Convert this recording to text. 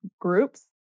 groups